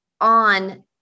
on